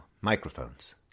Microphones